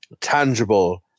tangible